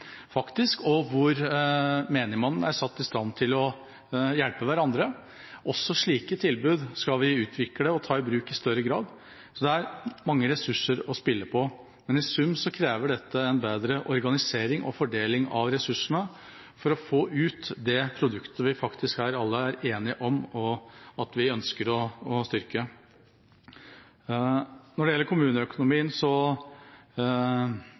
og hvor menigmann er satt i stand til å hjelpe andre. Også slike tilbud skal vi utvikle og ta i bruk i større grad. Det er mange ressurser å spille på, men i sum krever dette en bedre organisering og fordeling av ressursene for å få ut det produktet vi faktisk alle er enige om at vi ønsker å styrke. Når det gjelder kommuneøkonomien,